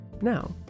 now